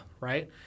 Right